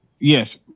Yes